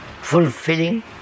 fulfilling